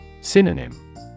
Synonym